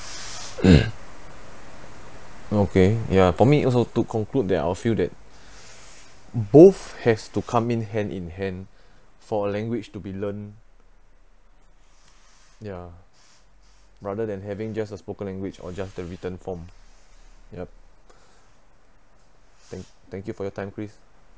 okay ya for me also to conclude that I will feel that both has to come in hand in hand for a language to be learn ya rather than having just a spoken language or just the written form ya thank thank you for your time christ